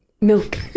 milk